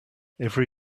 every